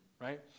right